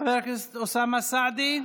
חבר הכנסת אוסאמה סעדי,